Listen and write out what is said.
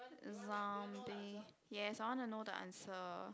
zombie yes I want to know the answer